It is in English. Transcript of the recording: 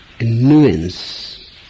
nuance